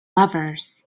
lovers